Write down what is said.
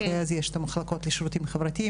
ספציפית,